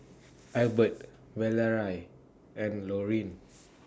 Albert Valerie and Laurine